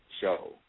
show